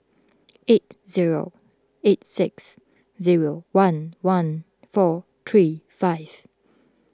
eight zero eight six zero one one four three five